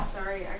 Sorry